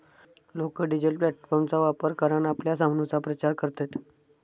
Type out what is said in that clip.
लोका डिजिटल प्लॅटफॉर्मचा वापर करान आपल्या सामानाचो प्रचार करतत